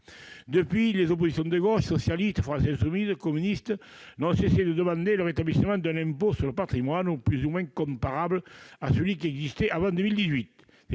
Depuis, les oppositions de gauche- socialistes, France insoumise, communistes ... -n'ont eu de cesse de demander le rétablissement d'un impôt sur le patrimoine plus ou moins comparable à celui qui existait avant 2018.